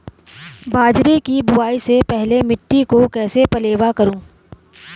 बाजरे की बुआई से पहले मिट्टी को कैसे पलेवा करूं?